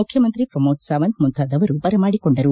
ಮುಖ್ಯಮಂತ್ರಿ ಪ್ರಮೋದ್ ಸಾವಂತ್ ಮುಂತಾದವರು ಬರಮಾಡಿಕೊಂಡರು